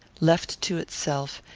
left to itself,